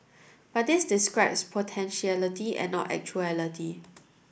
but this describes potentiality and not actuality